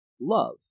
love